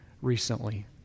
recently